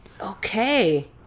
Okay